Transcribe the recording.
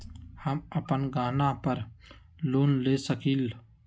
हम अपन गहना पर लोन ले सकील?